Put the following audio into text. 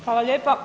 Hvala lijepa.